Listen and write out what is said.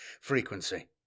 frequency